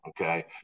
Okay